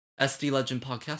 SDLegendpodcast